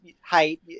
height